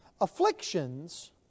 Afflictions